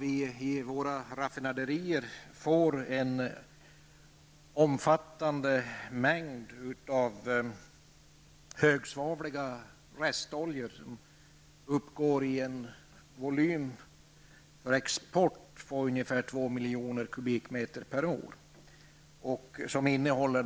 I våra raffinaderier blir det över en omfattande mängd av högsvavliga restoljor som uppgår till en volym av ungefär 2 miljoner kubikmeter per år och som går till export.